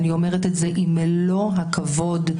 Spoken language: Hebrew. עם מלוא הכבוד,